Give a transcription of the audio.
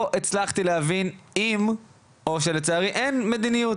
אני לא הצלחתי להבין אם יש או שלצערי אין מדיניות.